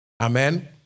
Amen